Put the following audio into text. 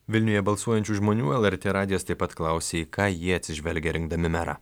vilniuje balsuojančių žmonių lrt radijas taip pat klausė į ką jie atsižvelgia rinkdami merą